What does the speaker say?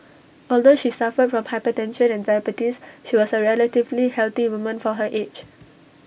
although she suffered from hypertension and diabetes she was A relatively healthy woman for her age